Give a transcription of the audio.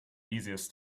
easiest